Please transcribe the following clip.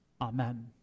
Amen